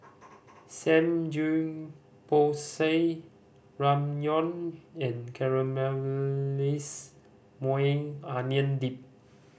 Samgeyopsal Ramyeon and Caramelized Maui Onion Dip